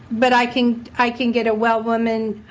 but i can i can get a well woman,